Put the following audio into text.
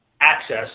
access